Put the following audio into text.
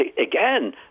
again